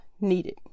needed